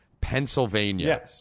Pennsylvania